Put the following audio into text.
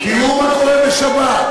מאז